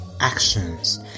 actions